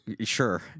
Sure